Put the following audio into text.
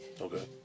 okay